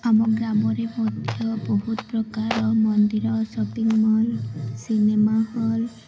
ଆମ ଗ୍ରାମରେ ମଧ୍ୟ ବହୁତ ପ୍ରକାର ମନ୍ଦିର ସପିଙ୍ଗ ମଲ୍ ସିନେମା ହଲ୍